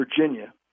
Virginia